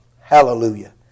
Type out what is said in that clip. hallelujah